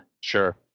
Sure